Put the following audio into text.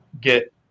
get